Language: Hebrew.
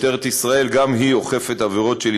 משטרת ישראל גם היא אוכפת בעבירות של